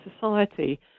society